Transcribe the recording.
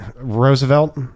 roosevelt